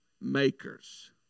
makers